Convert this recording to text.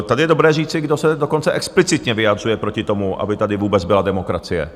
Tady je dobré říci, kdo se dokonce explicitně vyjadřuje proti tomu, aby tady vůbec byla demokracie.